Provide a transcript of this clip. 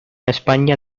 españa